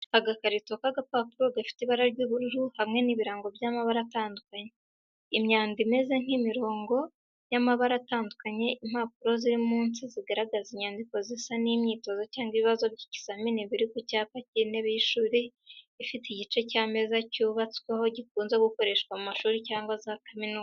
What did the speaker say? Agakarito k’agapapuro gafite ibara ry'ubururu hamwe n'ibirango by'amabara atandukanye, imyanda imeze nk'imirongo y'amabara atandukanye. Impapuro ziri munsi zigaragaza inyandiko zisa n’imyitozo cyangwa ibibazo by’ikizamini biri ku cyapa cy’intebe y’ishuri ifite igice cy’ameza cyubatsweho gikunze gukoreshwa mu mashuri cyangwa za kaminuza.